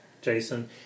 Jason